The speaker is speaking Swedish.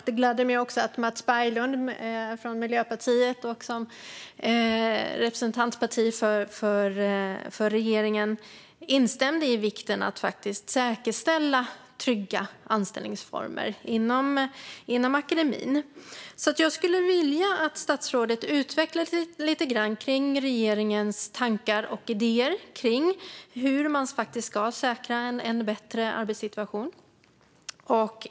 Det gläder mig också att Mats Berglund som representant från regeringspartiet Miljöpartiet instämde i vikten av att säkerställa trygga anställningsformer inom akademin. Jag skulle därför vilja att statsrådet lite grann utvecklar regeringens tankar och idéer om hur man ska säkra en bättre arbetssituation.